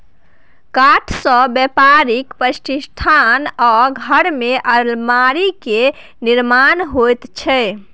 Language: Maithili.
काठसँ बेपारिक प्रतिष्ठान आ घरमे अलमीरा केर निर्माण होइत छै